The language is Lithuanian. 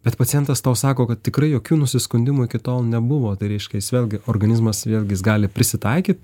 bet pacientas tau sako kad tikrai jokių nusiskundimų iki tol nebuvo tai reiškia jis vėlgi organizmas vėlgi jis gali prisitaikyt